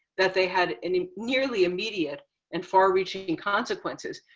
that they had any nearly immediate and far reaching and consequences.